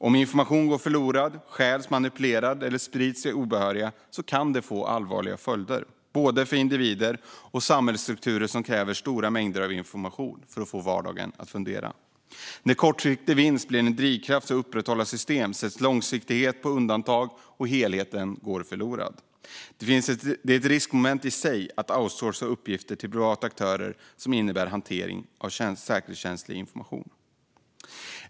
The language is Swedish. Om information går förlorad, stjäls, manipuleras eller sprids till obehöriga kan det få allvarliga följder. Både individer och samhällsstrukturen kräver stora mängder av information för att vardagen ska fungera. När kortsiktig vinst blir en drivkraft för att upprätthålla system sätts långsiktigheten på undantag, och helheten går förlorad. Det är ett riskmoment i sig att outsourca uppgifter till privata aktörer som innebär hantering av säkerhetskänslig information.